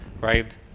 right